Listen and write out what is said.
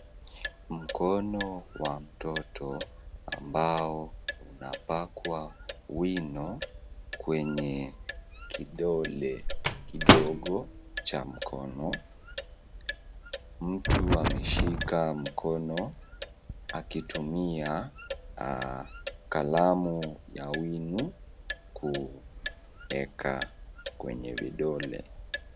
Mkono wa mtoto, ambao unapakwa wino kwenye kidole kidogo cha mkono. Mtu ameshika mkono akitumia, kalamu ya wino kuweka kwenye vidole.